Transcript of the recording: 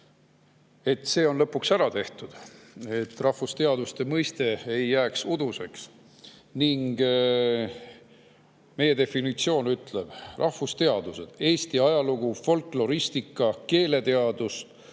see on lõpuks ära tehtud, nii et rahvusteaduste mõiste ei jää uduseks. Ning meie definitsioon ütleb, et rahvusteadused on Eesti ajalugu, folkloristika, keeleteadus,